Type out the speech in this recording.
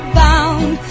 bound